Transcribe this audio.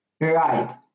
right